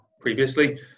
previously